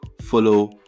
follow